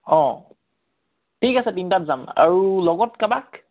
অঁ ঠিক আছে তিনিটাত যাম আৰু লগত কাৰোবাক